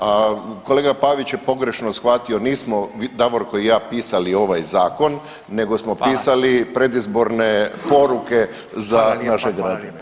A kolega Pavić je pogrešno shvatio nismo Davorko i ja pisali ovaj zakon, nego smo pisali predizborne poruke za naše građane.